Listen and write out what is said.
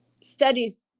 studies